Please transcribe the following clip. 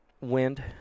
Wind